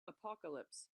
apocalypse